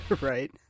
Right